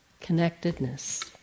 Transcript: connectedness